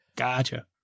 Gotcha